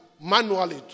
manually